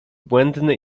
błędny